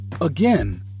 Again